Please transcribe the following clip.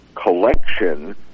collection